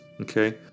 Okay